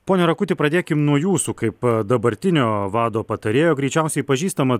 pone rakuti pradėkim nuo jūsų kaip dabartinio vado patarėjo greičiausiai pažįstama